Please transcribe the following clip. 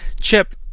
chip